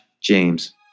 James